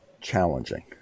challenging